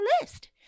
list